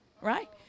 right